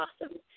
awesome